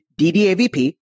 DDAVP